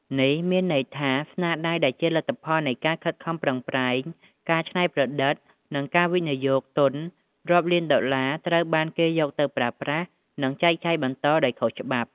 នេះមានន័យថា ស្នាដៃដែលជាលទ្ធផលនៃការខិតខំប្រឹងប្រែង ការច្នៃប្រឌិត និងការវិនិយោគទុនរាប់លានដុល្លារ ត្រូវបានគេយកទៅប្រើប្រាស់ និងចែកចាយបន្តដោយខុសច្បាប់។